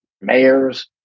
mayors